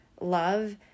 love